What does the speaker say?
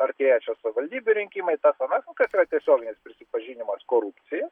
artėja čia savivaldybių rinkimai tas anas nu kas yra tiesioginis prisipažinimas korupcija